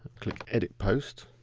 click edit post